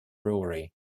brewery